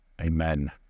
Amen